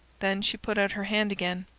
then she put out her hand again.